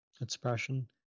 expression